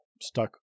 stuck